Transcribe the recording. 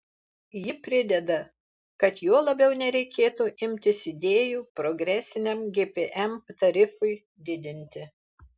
ji prideda kad juo labiau nereikėtų imtis idėjų progresiniam gpm tarifui didinti